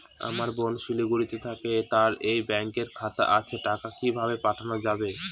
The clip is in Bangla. আমার বোন শিলিগুড়িতে থাকে তার এই ব্যঙকের খাতা আছে টাকা কি ভাবে পাঠানো যাবে?